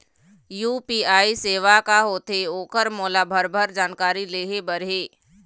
UPI सेवा का होथे ओकर मोला भरभर जानकारी लेहे बर हे?